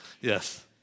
Yes